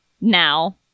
Now